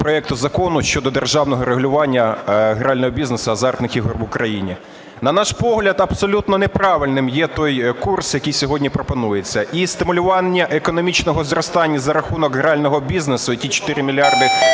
проекту Закону щодо державного регулювання грального бізнесу азартних ігор в Україні. На наш погляд, абсолютно неправильним є той курс, який сьогодні пропонується. І стимулювання економічного зростання за рахунок грального бізнесу і ті 4 мільярди